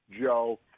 Joe